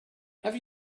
have